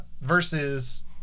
Versus